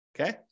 Okay